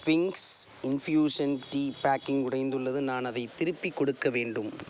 twigs infusion tea packing உடைந்துள்ளது நான் அதைத் திருப்பிக் கொடுக்க வேண்டும்